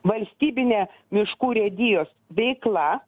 valstybinė miškų urėdijos veikla